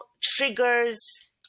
triggers